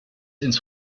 ins